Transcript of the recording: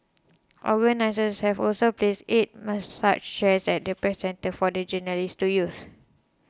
organisers have also placed eight massage chairs at the Press Centre for the journalists to use